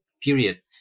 period